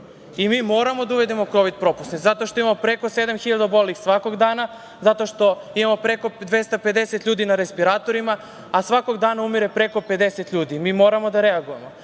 propusnice. Moramo da uvedemo kovid propusnice zato što imamo preko sedam hiljada obolelih svakog dana, zato što imamo preko 250 ljudi na respiratorima, svakog dana umire preko 50 ljudi. Mi moramo da reagujemo.